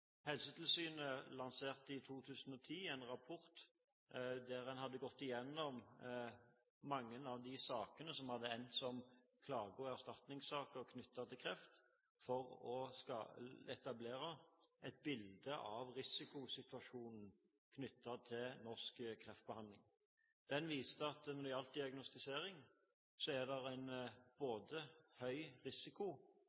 Helsetilsynet lanserte i 2010 en rapport der en hadde gått igjennom mange av de sakene som hadde endt som klage- og erstatningssaker knyttet til kreft, for å etablere et bilde av risikosituasjonen knyttet til norsk kreftbehandling. Den viste at når det gjelder diagnostisering, er det i det norske helsevesen høy risiko for at en